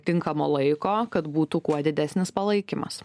tinkamo laiko kad būtų kuo didesnis palaikymas